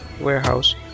warehouse